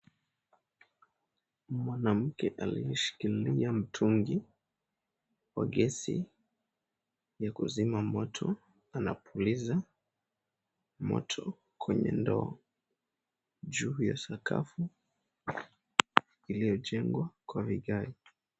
Mwanamke anayeshikilia mitungi wa gesi ya kuzima moto anapuliza moto kwenye ndoo juu ya sakafu iliyojengwa kwa vigae.